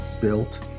built